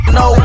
no